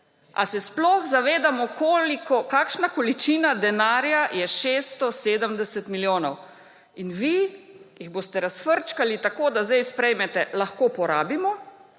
Ali se sploh zavedamo, kakšna količina denarja je 670 milijonov? In vi jih boste razfrčkali tako, da sedaj sprejmete »lahko porabimo«.